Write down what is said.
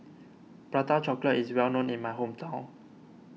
Prata Chocolate is well known in my hometown